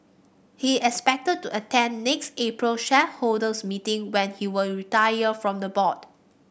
he is expected to attend next April's shareholders meeting when he will retire from the board